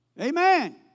Amen